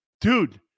Dude